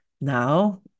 Now